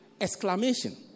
exclamation